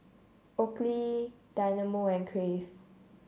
Oakley Dynamo and Crave